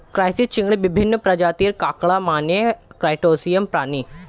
crisis, চিংড়ি, বিভিন্ন প্রজাতির কাঁকড়া মানে ক্রাসটেসিয়ান প্রাণী